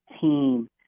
team